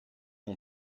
mon